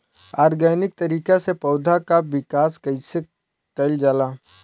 Organic तरीका से पौधा क विकास कइसे कईल जाला?